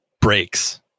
breaks